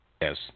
Yes